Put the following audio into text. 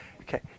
Okay